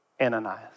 Ananias